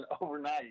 overnight